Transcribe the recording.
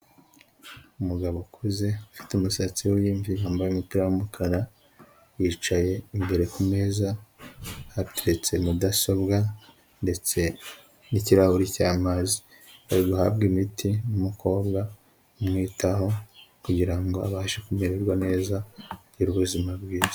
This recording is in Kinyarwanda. Umugabo ukuze ufite umusatsi wimvi wambaye umupira w'umukara, yicaye imbere kumeza hatetse mudasobwa ndetse n'ikirahuri cy'amazi ariguhabwa imiti n'umukobwa umwitaho, kugirango abashe kumererwa neza agire ubuzima bwiza.